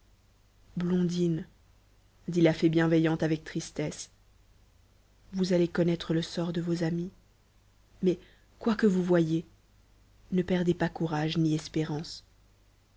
blondine dit la fée bienveillante avec tristesse vous allez connaître le sort de vos amis mais quoi que vous voyiez ne perdez pas courage ni espérance